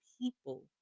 people